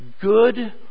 Good